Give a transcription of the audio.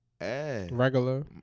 Regular